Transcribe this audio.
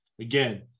again